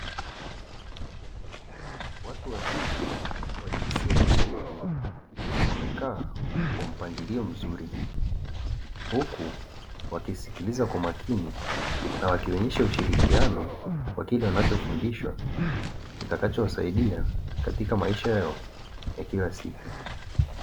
Watu wazima wa jinsia tofauti wamekaa kwa mpangilio mzuri, huku wakisikiliza kwa makini na wakionyesha ushirikiano kwa kile wanachofundishwa kitakachosaidia katika maisha yao ya kila siku.